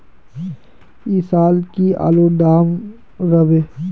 ऐ साल की आलूर र दाम होबे?